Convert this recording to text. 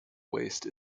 waste